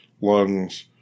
lungs